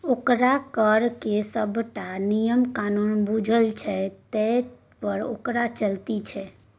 ओकरा कर केर सभटा नियम कानून बूझल छै तैं तँ ओकर चलती छै